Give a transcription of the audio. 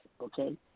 okay